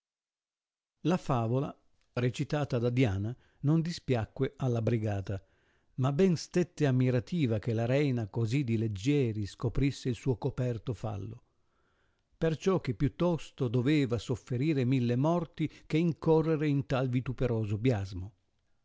la favola recitata da diana non dispiacque alla irrigata ma ben stette ammirativa che la reina così di leggieri scoprisse il suo coperto fallo perciò che più tosto doveva sofferire mille morti che incorrere in tal vituperoso biasmo